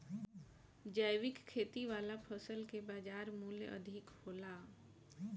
जैविक खेती वाला फसल के बाजार मूल्य अधिक होला